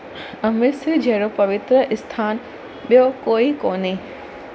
अमृतसर जहिड़ो पवित्रु स्थान ॿियो कोई कोन्हे